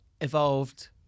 evolved